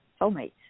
soulmates